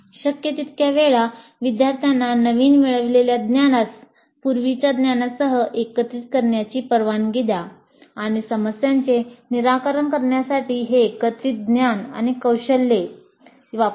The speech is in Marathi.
शक्य तितक्या वेळा विद्यार्थ्यांना नवीन मिळवलेल्या ज्ञानास पूर्वीच्या ज्ञानासह एकत्र करण्याची परवानगी द्या आणि समस्यांचे निराकरण करण्यासाठी हे एकत्रित ज्ञान आणि कौशल्ये वापरा